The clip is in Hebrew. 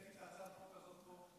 העליתי את הצעת החוק הזאת פה.